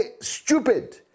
stupid